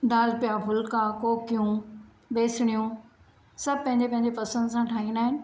दालि पिया फुल्का कोकियूं बेसणियूं सभु पंहिंजे पंहिंजे पसंदि सां ठाहींदा आहिनि